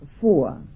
four